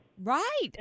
Right